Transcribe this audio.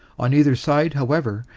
on either side, however,